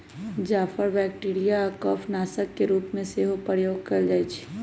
जाफर bacteria आऽ कफ नाशक के रूप में सेहो प्रयोग कएल जाइ छइ